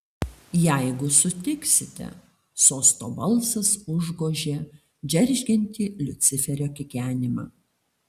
jeigu sutiksite sosto balsas užgožė džeržgiantį liuciferio kikenimą